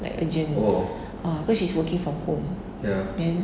like urgent ah because she's working from home then